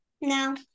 No